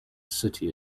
city